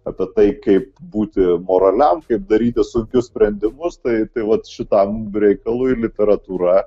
apie tai kaip būti moraliam kaip daryti sunkius sprendimus tai tai vat šitam reikalui literatūra